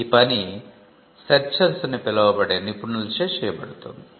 ఈ పని సెర్చర్స్ అని పిలువబడే నిపుణులచే చేయబడుతుంది